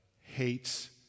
hates